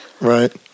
right